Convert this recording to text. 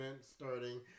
starting